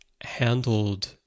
handled